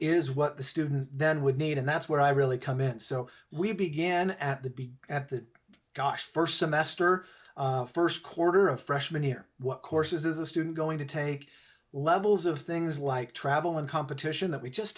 is what the student then would need and that's where i really come in so we began at the beach at that gosh first semester first quarter of freshman year what courses as a student going to take levels of things like travel and competition that we just